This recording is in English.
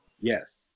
yes